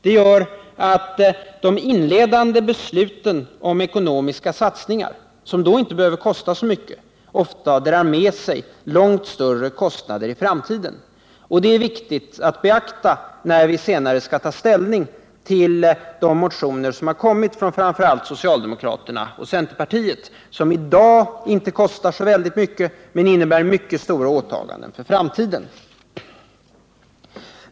Det gör att de inledande besluten om ekonomiska satsningar —-som då inte behöver kosta så mycket — ofta drar med sig långt större kostnader i framtiden. Detta är viktigt att beakta när vi senare skall ta ställning till de motioner som kommit från framför allt socialdemokraterna och centerpartiet och som i dag inte kostar så väldigt mycket men som innebär mycket stora åtaganden för framtiden.